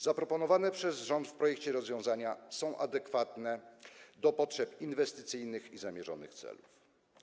Zaproponowane przez rząd w projekcie rozwiązania są adekwatne do potrzeb inwestycyjnych i zamierzonych celów.